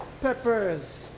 peppers